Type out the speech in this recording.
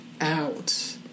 out